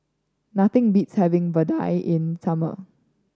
nothing beats having Vadai in the summer